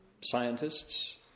scientists